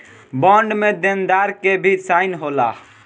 bond में देनदार के भी साइन होला